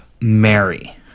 Mary